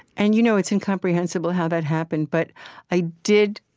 and you know it's incomprehensible how that happened, but i did.